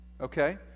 Okay